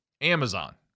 Amazon